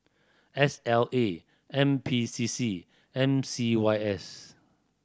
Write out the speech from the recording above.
S L A N P C C M C Y S